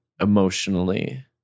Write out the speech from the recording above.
emotionally